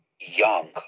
young